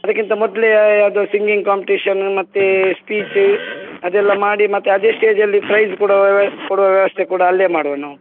ಅದಕ್ಕಿಂತ ಮೊದಲೇ ಅದು ಸಿಂಗಿಂಗ್ ಕಾಂಪಿಟೇಷನ್ ಮತ್ತೆ ಸ್ಪೀಚು ಅದೆಲ್ಲ ಮಾಡಿ ಮತ್ತೆ ಅದೇ ಸ್ಟೇಜಲ್ಲಿ ಪ್ರೈಜ್ ಕೊಡವ ಕೊಡುವ ವ್ಯವಸ್ಥೆ ಕೂಡ ಅಲ್ಲೇ ಮಾಡುವ ನಾವು